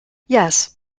yes